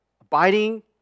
Abiding